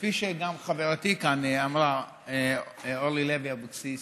וכפי שגם חברתי אורלי לוי אבקסיס